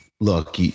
Look